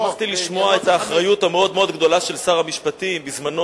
שמחתי לשמוע את האחריות הגדולה מאוד של שר המשפטים בזמנו,